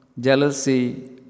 jealousy